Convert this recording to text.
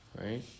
right